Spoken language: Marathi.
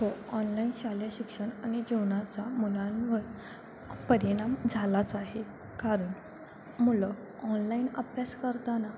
हो ऑनलाईन शालेय शिक्षण आणि जेवणाचा मुलांवर परिणाम झालाच आहे कारण मुलं ऑनलाईन अभ्यास करताना